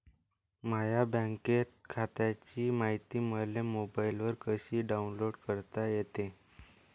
माह्या बँक खात्याची मायती मले मोबाईलवर कसी डाऊनलोड करता येते?